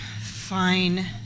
Fine